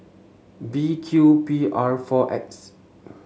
B Q P R four X